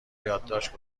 یادداشت